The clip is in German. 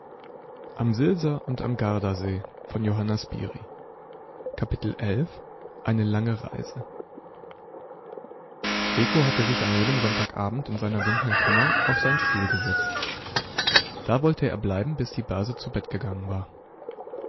kapitel eine lange reise rico hatte sich an jenem sonntagabend in seiner dunkeln kammer auf seinen stuhl gesetzt da wollte er bleiben bis die base zu bett gegangen war